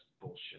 bullshit